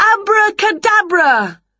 Abracadabra